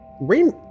Rain